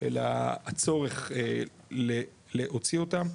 אלא הצורך להוציא אותם,